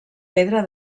pedra